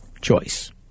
choice